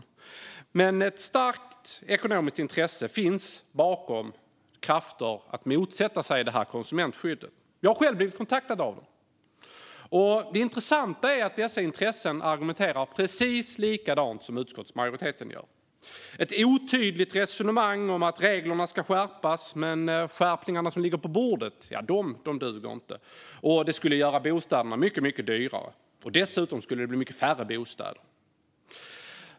Men det finns ett starkt ekonomiskt intresse bakom de krafter som motsätter sig detta konsumentskydd. Jag har själv blivit kontaktad av dem. Det intressanta är att dessa intressen argumenterar precis likadant som utskottsmajoriteten gör. Man för ett otydligt resonemang om att reglerna ska skärpas, men de skärpningar som nu ligger på bordet duger inte, och de skulle göra bostäderna mycket dyrare. Dessutom skulle det bli mycket färre bostäder.